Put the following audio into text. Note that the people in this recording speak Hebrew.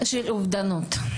של אובדנות.